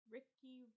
Ricky